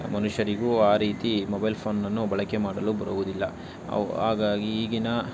ಮನುಷ್ಯರಿಗೂ ಆ ರೀತಿ ಮೊಬೈಲ್ ಫೋನನ್ನು ಬಳಕೆ ಮಾಡಲು ಬರುವುದಿಲ್ಲ ಅವು ಹಾಗಾಗಿ ಈಗಿನ